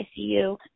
ICU